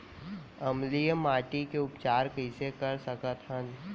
अम्लीय माटी के उपचार कइसे कर सकत हन?